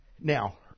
Now